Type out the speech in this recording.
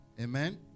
Amen